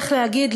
איך להגיד,